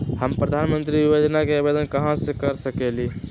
हम प्रधानमंत्री योजना के आवेदन कहा से कर सकेली?